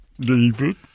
David